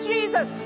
Jesus